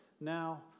now